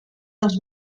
dels